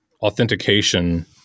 authentication